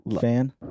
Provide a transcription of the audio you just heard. fan